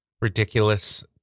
ridiculous